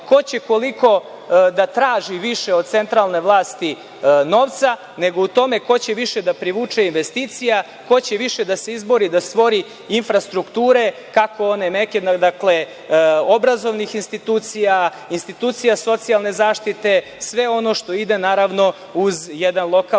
ko će koliko da traži više od centralne vlasti novca, nego u tome ko će više da privuče investicija, ko će više da se izbori da stvori infrastrukture obrazovnih institucija, institucija socijalne zaštite, sve ono što ide naravno uz jedan lokalno